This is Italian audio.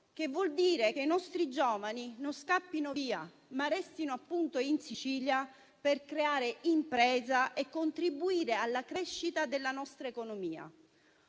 Vuol dire che i nostri giovani non devono scappare via, ma possono restare in Sicilia per creare impresa e contribuire alla crescita della nostra economia.